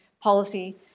policy